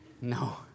No